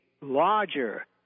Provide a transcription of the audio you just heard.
larger